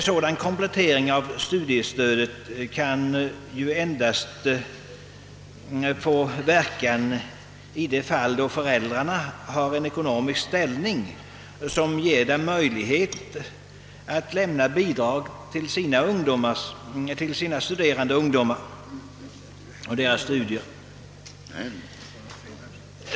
sådan komplettering av studiestödet kan ju endast få verkan i de fall då föräldrarna har en ekonomisk ställning som ger dem möjlighet att lämna bidrag till sina studerande ung domar och deras studier.